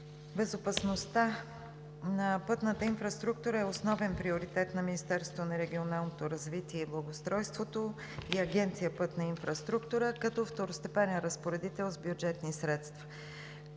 безопасността на пътната инфраструктура е основен приоритет на Министерството на регионалното развитие и благоустройството и Агенция „Пътна инфраструктура“ като второстепенен разпоредител с бюджетни средства.